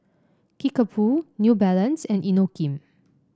Kickapoo New Balance and Inokim